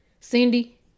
Cindy